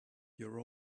your